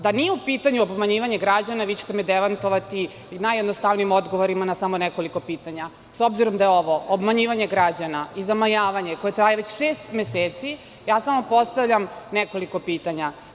Da nije u pitanju obmanjivanje građana vi ćete me demantovati najjednostavnijim odgovorima na samo nekoliko pitanja, s obzirom da je ovo obmanjivanje građana i zamajavanje koje traje već šest meseci, samo postavljam nekoliko pitanja.